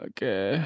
Okay